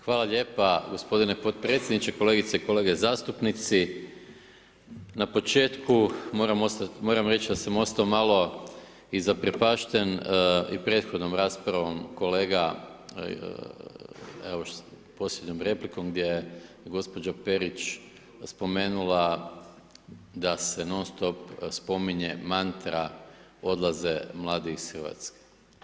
Hvala lijepo gospodine potpredsjedniče, kolegice i kolege zastupnice, na početku, moram reći, da sam ostao malo i zaprepašten i prethodnom raspravom kolega posljednjom replikom, gdje je gospođa Perić spomenula da se non stop spominje mantra, odlaze mladi iz Hrvatske.